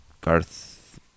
Garth